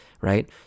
right